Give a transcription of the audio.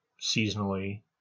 seasonally